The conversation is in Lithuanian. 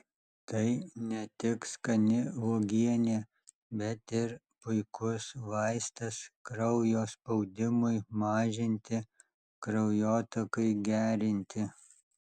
tai ne tik skani uogienė bet ir puikus vaistas kraujo spaudimui mažinti kraujotakai gerinti